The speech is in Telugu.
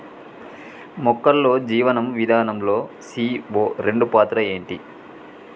మొక్కల్లో జీవనం విధానం లో సీ.ఓ రెండు పాత్ర ఏంటి?